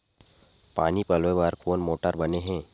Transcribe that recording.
पानी पलोय बर कोन मोटर बने हे?